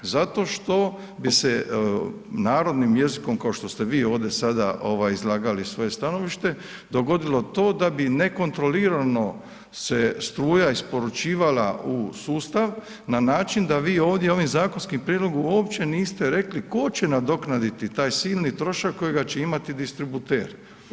Zato što bi se narodnim jezikom kao što ste vi ovdje sada izlagali svoje stanovište dogodilo to da bi nekontrolirano se struja isporučivala u sustav na način da vi ovdje ovim zakonskim prijedlogom uopće niste rekli tko će nadoknaditi taj silni trošak kojega će imati distributer.